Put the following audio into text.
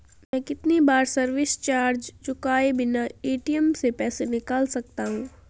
मैं कितनी बार सर्विस चार्ज चुकाए बिना ए.टी.एम से पैसे निकाल सकता हूं?